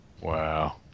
Wow